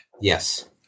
Yes